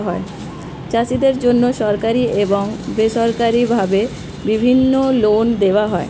চাষীদের জন্যে সরকারি এবং বেসরকারি ভাবে বিভিন্ন লোন দেওয়া হয়